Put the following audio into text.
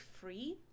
free